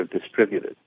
distributed